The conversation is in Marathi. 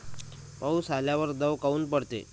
पाऊस आल्यावर दव काऊन पडते?